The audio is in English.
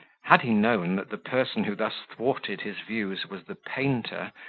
had he known that the person who thus thwarted his views was the painter,